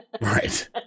right